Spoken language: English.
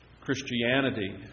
Christianity